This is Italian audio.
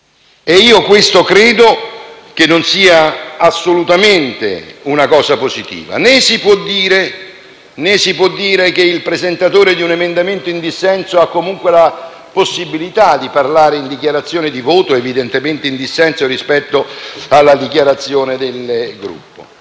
che questo non sia assolutamente un fatto positivo. Né si può dire che il presentatore di un emendamento in dissenso ha comunque la possibilità di parlare in dichiarazione di voto, evidentemente in difformità rispetto alla dichiarazione del Gruppo.